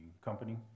company